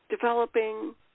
developing